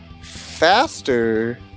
faster